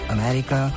America